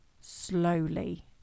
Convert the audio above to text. slowly